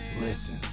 Listen